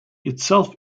itself